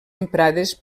emprades